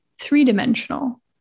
three-dimensional